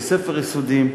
בתי-ספר יסודיים.